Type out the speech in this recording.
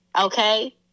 okay